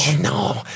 no